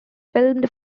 filmed